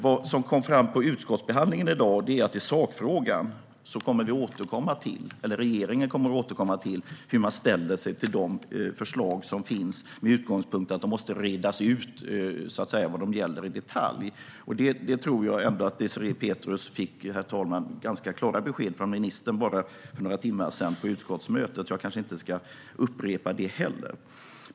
Det som kom fram vid utskottsbehandlingen i dag är att regeringen när det gäller sakfrågan kommer att återkomma till hur man ställer sig till de förslag som finns med utgångspunkt i att det måste redas ut vad de gäller i detalj. Det tror jag ändå att Désirée Pethrus fick ganska klara besked från ministern om för bara några timmar sedan på utskottsmötet. Därför ska jag kanske inte upprepa det heller.